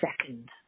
second